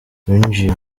binjiye